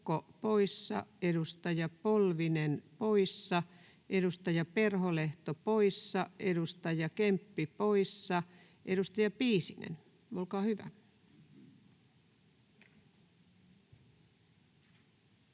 edustaja Polvinen poissa, edustaja Perholehto poissa, edustaja Kemppi poissa. — Edustaja Piisinen, olkaa hyvä.